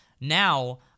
Now